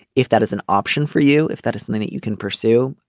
if that is an option for you if that is something that you can pursue.